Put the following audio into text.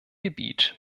gebiet